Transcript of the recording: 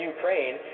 Ukraine